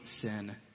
sin